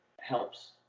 helps